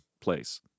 place